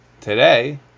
Today